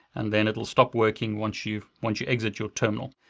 and then it'll stop working once you once you exit your terminal.